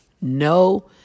No